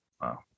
Wow